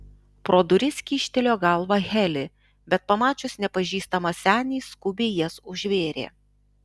pro duris kyštelėjo galvą heli bet pamačius nepažįstamą senį skubiai jas užvėrė